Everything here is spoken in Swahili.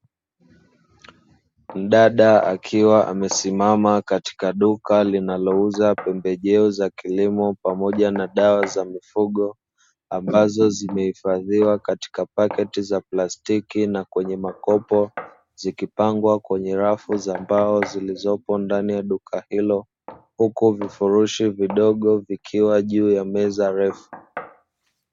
Mdada akiwa amesimama katika duka linalouza pembejeo za kilimo pamoja na dawa za mifugo. Ambazo zimeifadhiwa katika paketi za plastiki na kwenye makopo. Zikipangwa kwenye rafu za mbao zilizopo ndani ya duka hilo, huku vifurushi vidogo vikiwa juu ya meza refu.